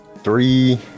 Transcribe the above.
Three